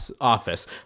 office